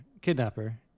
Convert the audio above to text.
kidnapper